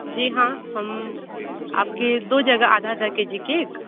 जी हाँ हम आपके दो जगह आधा आधा के जी केक